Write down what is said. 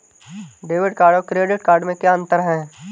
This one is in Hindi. डेबिट कार्ड और क्रेडिट कार्ड में क्या अंतर है?